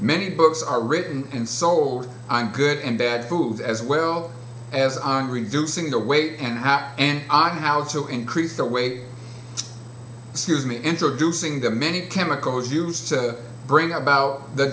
many books are written and sold i'm good and bad food as well as on reducing the weight and happy and i how to increase the weight has me introducing the many chemicals used to bring about the